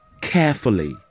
carefully